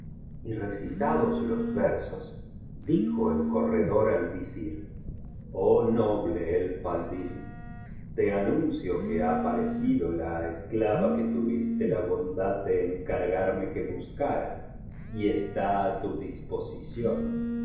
y recitados los versos dijo el corredor al visir oh noble el faldl te anuncio que ha parecido la esclava que tuviste la bondad de encargarme que buscara y está á tu disposición y